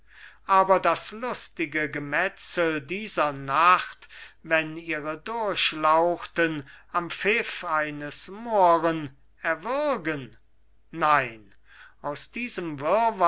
aber das lustige gemetzel dieser nacht wenn ihre durchlauchten am pfiff eines mohren erwürgen nein aus diesem